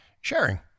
sharing